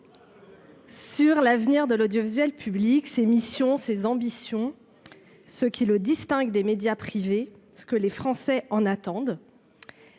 sur l'avenir de l'audiovisuel public, ses missions, ses ambitions, ce qui le distingue des médias privés et ce que les Français en attendent.